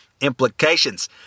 implications